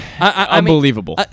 unbelievable